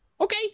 Okay